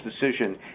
decision